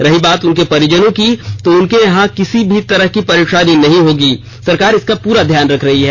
रही बात उनके परिजनों की तो उन्हें यहां किसी भी तरह की परेशानी नहीं होगी सरकार इसका पूरा ध्यान रख रही है